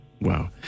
Wow